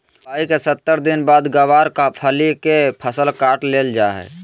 बुआई के सत्तर दिन बाद गँवार फली के फसल काट लेल जा हय